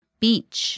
beach